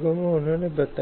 घेर लेता है